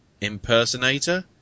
impersonator